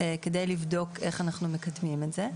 כדי לבדוק איך אנחנו מקדמים את זה.